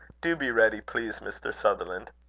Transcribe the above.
do be ready, please, mr. sutherland.